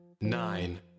Nine